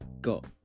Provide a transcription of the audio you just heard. got